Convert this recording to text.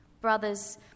Brothers